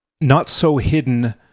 not-so-hidden